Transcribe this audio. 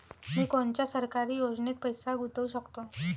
मी कोनच्या सरकारी योजनेत पैसा गुतवू शकतो?